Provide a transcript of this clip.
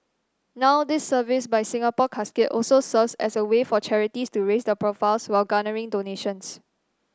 now this service by Singapore Casket also serves as a way for charities to raise their profiles while garnering donations